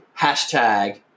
Hashtag